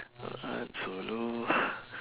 bengawan solo